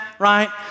Right